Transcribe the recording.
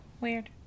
weird